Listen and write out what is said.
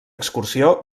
excursió